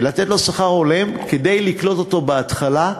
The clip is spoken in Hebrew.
כדי לקלוט אותו בהתחלה,